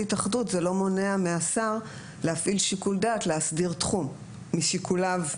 התאחדות זה לא מונע מהשר להסדיר תחום משיקוליו,